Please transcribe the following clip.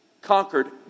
conquered